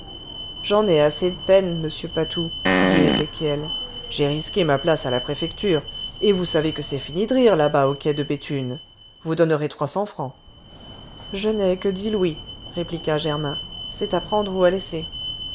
j'ai en assez de peine monsieur patou dit ezéchiel j'ai risqué ma place à la préfecture et vous savez que c'est fini de rire là-bas au quai de béthune vous donnerez trois cents francs je n'ai que dix louis répliqua germain c'est à prendre ou à laisser